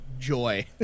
joy